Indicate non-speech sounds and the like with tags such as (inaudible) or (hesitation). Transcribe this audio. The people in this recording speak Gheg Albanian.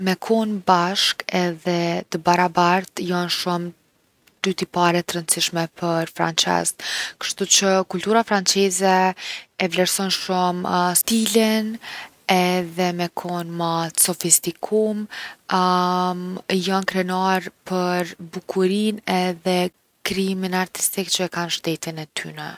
Me kon bashkë edhe t’barabartë jon shumë 2 tipare t’rëndsishme për franqezt. Kshtuqë kultura franqeze e vlerëson shumë (hesitation) stilin, edhe me kon ma t’sofistikum. (hesitation) jon krenarë për bukurinë edhe krijimin artistik që e kanë n’shtetin e tyne.